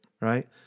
Right